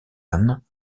anne